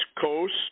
Coast